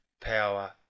power